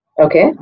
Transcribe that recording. Okay